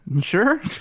Sure